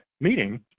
meeting